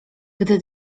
gdy